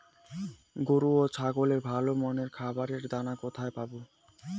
গরু ও ছাগলের ভালো মানের খাবারের দানা কোথায় পাবো?